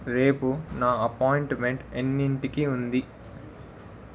రేపు నా అప్పాయింట్మెంట్ ఎన్నింటికి ఉంది